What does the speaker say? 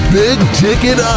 big-ticket